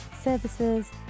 services